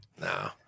No